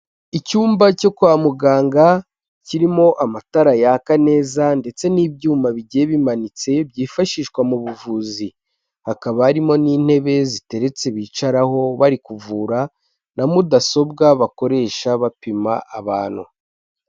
Icyumba cyo kwa muganga kirimo amatara yaka neza ndetse n'ibyuma bigiye bimanitse byifashishwa mu buvuzi, hakaba harimo n'intebe ziteretse bicaraho bari kuvura na mudasobwa bakoresha bapima abantu.